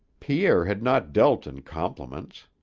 pierre had not dealt in compliments.